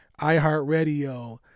iHeartRadio